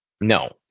no